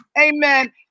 amen